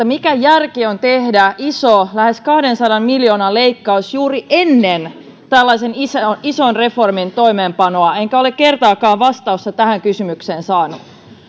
mikä järki on tehdä iso lähes kahdensadan miljoonan leikkaus juuri ennen tällaisen ison ison reformin toimeenpanoa enkä ole kertaakaan vastausta tähän kysymykseen saanut